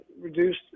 reduced